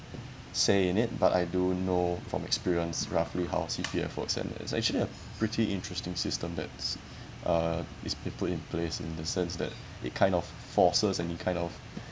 say in it but I do know from experience roughly how C_P_F works and it's actually a pretty interesting system that's uh is put in place in the sense that it kind of forces and it kind of